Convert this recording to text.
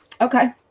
okay